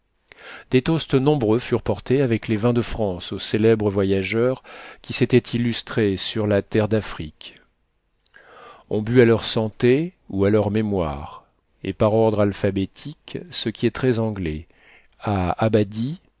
des toasts nombreux furent portés avec les vins de france aux célèbres voyageurs qui s'étaient illustrés sur la terre d'afrique on but à leur santé ou à leur mémoire et par ordre alphabétique ce qui est très anglais à abbadie